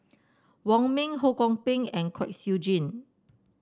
Wong Ming Ho Kwon Ping and Kwek Siew Jin